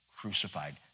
crucified